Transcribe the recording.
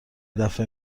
دفه